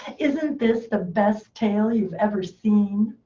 isn't this the best tail you've ever seen?